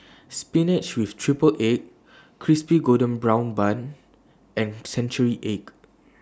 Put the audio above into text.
Spinach with Triple Egg Crispy Golden Brown Bun and Century Egg